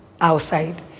outside